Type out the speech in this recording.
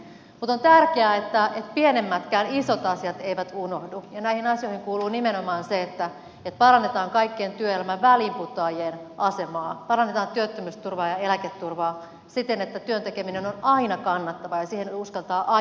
mutta on tärkeää että pienemmätkään isot asiat eivät unohdu ja näihin asioihin kuuluu nimenomaan se että parannetaan kaikkien työelämän väliinputoajien asemaa parannetaan työttömyysturvaa ja eläketurvaa siten että työn tekeminen on aina kannattavaa ja siihen uskaltaa aina ryhtyä